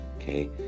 okay